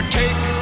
take